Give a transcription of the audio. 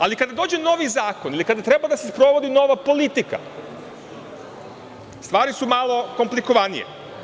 Ali, kada dođe novi zakon ili kada treba da se sprovodi nova politika, stvari su malo komplikovanije.